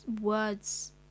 words